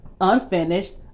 unfinished